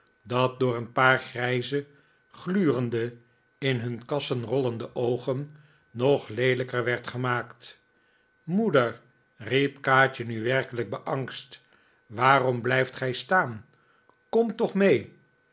dat door een paar grijze glurende in hun kassen rollende oogen nog leelijker werd gemaakt moeder riep kaatje nu werkelijk beangst waarom blijft gij staan kom toch mee